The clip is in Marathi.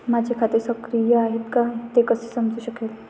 माझे खाते सक्रिय आहे का ते कसे समजू शकेल?